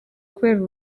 kubera